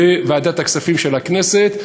וועדת הכספים של הכנסת,